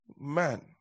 man